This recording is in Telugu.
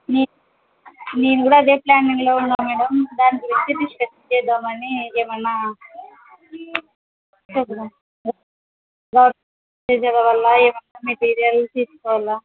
నేను కూడా అదే ప్లానింగ్లో ఉన్నాా మేడం దానికి ఓటీపీ సెట్ చేద్దామని ఏమైనా చేర వల్ల ఏమన్నా మెటీరియల్ తీసుకోవాలా